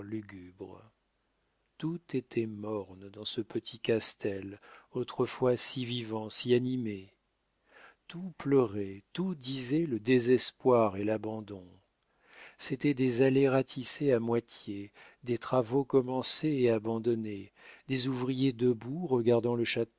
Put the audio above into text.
tout était morne dans ce petit castel autrefois si vivant si animé tout pleurait tout disait le désespoir et l'abandon c'était des allées ratissées à moitié des travaux commencés et abandonnés des ouvriers debout regardant le